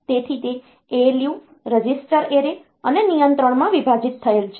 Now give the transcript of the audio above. તેથી તે ALU register array અને નિયંત્રણમાં વિભાજિત થયેલ છે